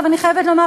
אני חייבת לומר,